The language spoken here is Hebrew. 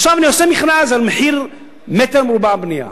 עכשיו, אני עושה מכרז על מחיר מ"ר בנייה,